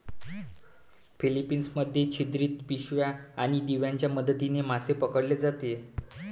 Philippines मध्ये छिद्रित पिशव्या आणि दिव्यांच्या मदतीने मासे पकडले जात होते